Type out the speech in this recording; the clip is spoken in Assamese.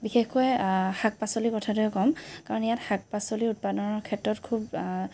বিশেষকৈ শাক পাচলিৰ কথাটোৱেই কম কাৰণ ইয়াত শাক পাচলি উৎপাদনৰ ক্ষেত্ৰত খুব